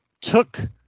took